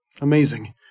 Amazing